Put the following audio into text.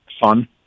fun